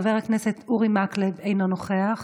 חבר הכנסת אורי מקלב, אינו נוכח,